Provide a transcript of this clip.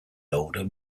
oldham